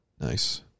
Nice